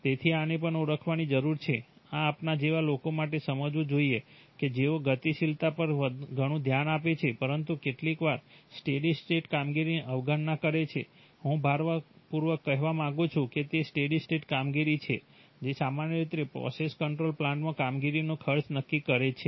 તેથી આને પણ ઓળખવાની જરૂર છે આ આપણા જેવા લોકો માટે સમજવું જોઈએ કે જેઓ ગતિશીલતા પર ઘણું ધ્યાન આપે છે પરંતુ કેટલીકવાર સ્ટેડી સ્ટેટ કામગીરીની અવગણના કરે છે હું ભારપૂર્વક કહેવા માંગુ છું કે તે સ્ટેડી સ્ટેટ કામગીરી છે જે સામાન્ય રીતે પ્રોસેસ કંટ્રોલ પ્લાન્ટમાં કામગીરીનો ખર્ચ નક્કી કરે છે